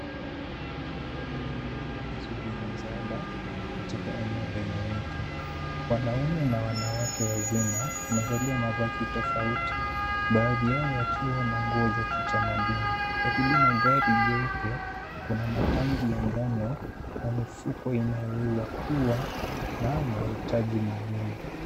Watu wamejipanga foleni wakisubiri msaada katika eneo lenye miti. Wanaume na wanawake wazima wamevalia mavazi tofauti, baadhi yao yakiwa na nguo za kitamaduni. Karibu na gari jeupe, kuna matangi ya njano na mifuko inayowezakuwa na mahitaji muhimu.